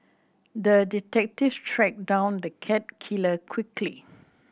the detective tracked down the cat killer quickly